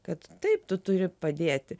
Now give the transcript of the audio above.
kad taip tu turi padėti